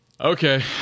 Okay